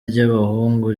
ry’abahungu